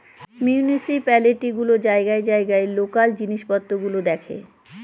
municipality গুলো জায়গায় জায়গায় লোকাল জিনিস পত্র গুলো দেখে